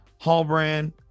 Hallbrand